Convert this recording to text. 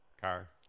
Car